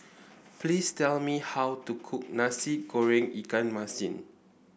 please tell me how to cook Nasi Goreng Ikan Masin